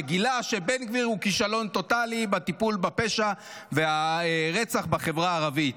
שגילה שבן גביר הוא כישלון טוטלי בטיפול בפשע והרצח בחברה הערבית.